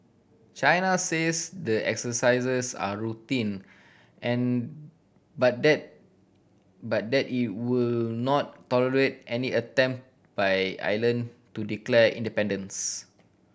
China says the exercises are routine and but that but that it will not tolerate any attempt by island to declare independence